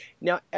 Now